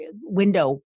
window